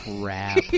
crap